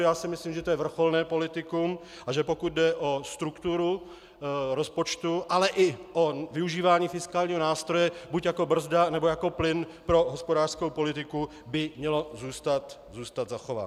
Já si myslím, že to je vrcholné politikum, a že pokud jde o strukturu rozpočtu, ale i využívání fiskálního nástroje buď jako brzda, nebo jako plyn pro hospodářskou politiku by to mělo zůstat zachováno.